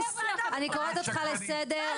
אני קוראת אותך לסדר.